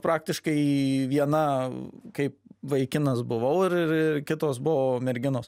praktiškai viena kaip vaikinas buvau ir ir ir kitos buvo merginos